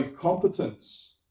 competence